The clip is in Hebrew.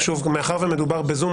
מאחר שמדובר בזום,